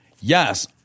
Yes